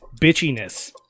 bitchiness